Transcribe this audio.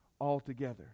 altogether